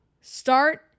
Start